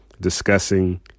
discussing